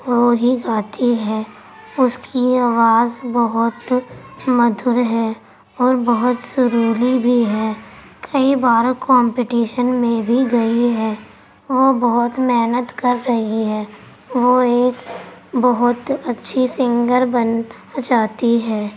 وہی گاتی ہے اس کی آواز بہت مدھر ہے اور بہت سرولی بھی ہے کئی بار کمپٹیشن میں بھی گئی ہے وہ بہت محنت کر رہی ہے وہ ایک بہت اچھی سنگر بننا چاہتی ہے